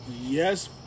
yes